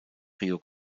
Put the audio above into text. rio